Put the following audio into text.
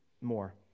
more